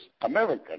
American